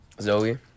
Zoe